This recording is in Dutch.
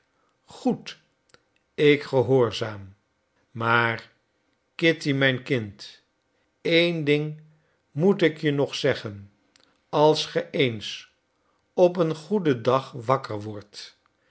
goed ik gehoorzaam maar kitty mijn kind één ding moet ik je nog zeggen als ge eens op een goeden dag wakker wordt